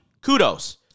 kudos